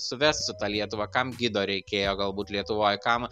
suvest su ta lietuva kam gido reikėjo galbūt lietuvoj kam